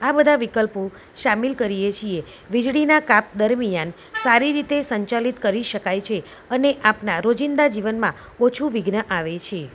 આ બધા વિકલ્પો શામિલ કરીએ છીએ વીજળીના કાપ દરમિયાન સારી રીતે સંચાલિત કરી શકાય છે અને આપણા રોજિંદા જીવનમાં ઓછું વિઘ્ન આવે છે